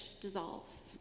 dissolves